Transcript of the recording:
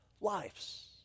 lives